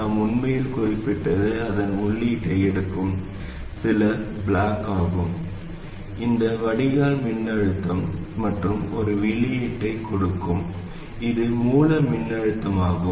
நாம் உண்மையில் குறிப்பிட்டது அதன் உள்ளீட்டை எடுக்கும் சில பிளாக் ஆகும் இது வடிகால் மின்னழுத்தம் மற்றும் ஒரு வெளியீட்டைக் கொடுக்கும் இது மூல மின்னழுத்தமாகும்